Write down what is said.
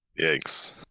Yikes